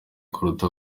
kuruta